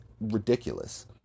ridiculous